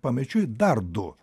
pamečiui dar du